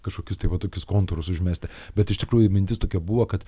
kažkokius tai va tokius kontūrus užmesti bet iš tikrųjų mintis tokia buvo kad